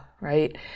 right